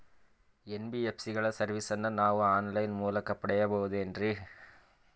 NBSC ಗಳ ಸರ್ವಿಸನ್ನ ನಾವು ಆನ್ ಲೈನ್ ಮೂಲಕ ಪಡೆಯಬಹುದೇನ್ರಿ?